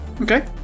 Okay